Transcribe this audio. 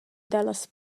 dallas